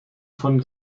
von